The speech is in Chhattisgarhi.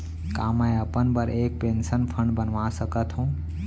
का मैं अपन बर एक पेंशन फण्ड बनवा सकत हो?